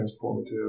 transformative